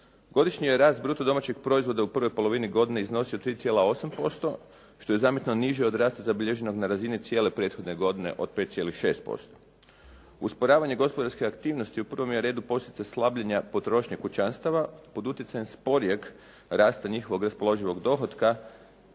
Godišnji rast bruto domaćeg proizvoda je u prvoj polovini godine iznosio 3,8% što je zamjetno niže od rasta zabilježenog na razini cijele prethodne godine od 5,6%. Usporavanje gospodarske aktivnosti u prvom je redu posljedica slabljenja potrošnje kućanstava pod utjecajem sporijeg rasta njihovog raspoloživog dohotka